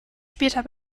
später